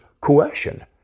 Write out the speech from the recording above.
coercion